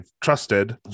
trusted